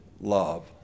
love